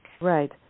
Right